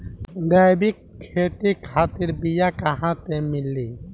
जैविक खेती खातिर बीया कहाँसे मिली?